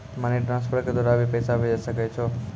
Money transfer के द्वारा भी पैसा भेजै सकै छौ?